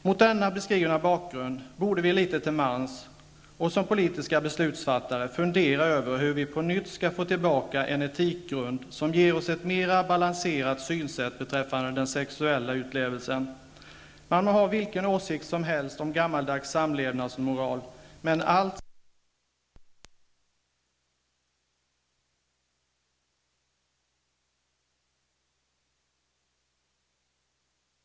Mot den beskrivna bakgrunden borde vi litet till mans och som politiska beslutsfattare fundera över hur vi på nytt skall få tillbaka en etisk grund som ger oss ett mer balanserat synsätt beträffande den sexuella utlevelsen. Man må ha vilken åsikt som helst om gammaldags samlevnadsmoral, men allt som var förr var inte fel. Herr talman! Det är min förhoppning att den nya regeringen tar itu med det pornografiska dravel som nu flödar i Sverige och som från många synpunkter, och då också jämställdhetssynpunkt, är förnedrande och fullständigt oacceptabelt.